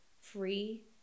free